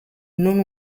non